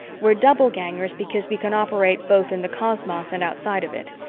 we're doublegangers because we can operate both in the cosmos and outside of it,